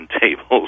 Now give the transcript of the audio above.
tables